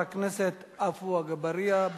חבר הכנסת עפו אגבאריה,